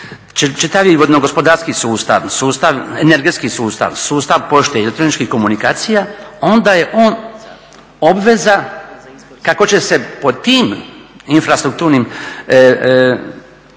čitavi vodno gospodarski sustav, energetski sustav, sustav pošte i elektroničkih komunikacija, onda je on obveza kako će se po tim infrastrukturnim